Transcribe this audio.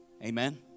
Amen